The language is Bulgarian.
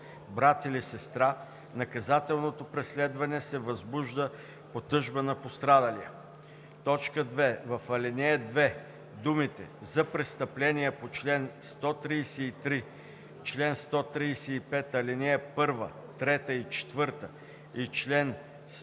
брат или сестра, наказателното преследване се възбужда по тъжба на пострадалия.“ 2. В ал. 2 думите „За престъпления по чл. 133, чл. 135, ал. 1, 3 и 4, чл. 139